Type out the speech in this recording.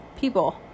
people